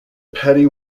petty